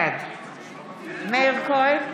בעד מאיר כהן,